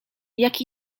jak